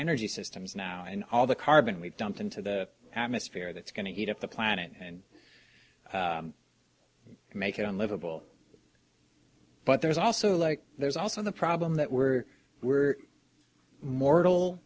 energy systems now and all the carbon we've dumped into the atmosphere that's going to heat up the planet and make it unlivable but there's also like there's also the problem that we're we're mortal